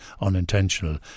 unintentional